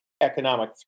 economic